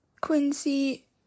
Quincy